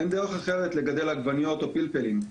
אין דרך אחרת לגדל עגבניות או פלפלים,